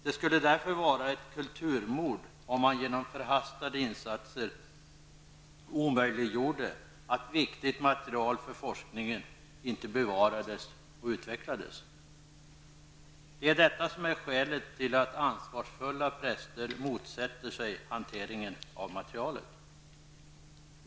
Det skulle därför vara ett kulturmord om man genom förhastade insatser omöjliggjorde att viktigt material för forskningen inte bevarades och utvecklades. Det är skälet till att ansvarsfulla präster motsätter sig hanteringen av materialet.